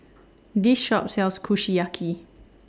This Shop sells Kushiyaki